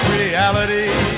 reality